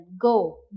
go